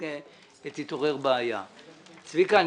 צביקה,